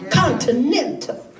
continental